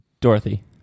Dorothy